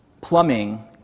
plumbing